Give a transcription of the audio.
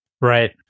Right